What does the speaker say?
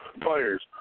players